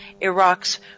Iraq's